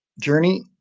journey